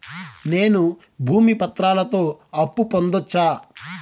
నేను భూమి పత్రాలతో అప్పు పొందొచ్చా?